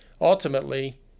Ultimately